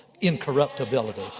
incorruptibility